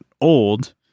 old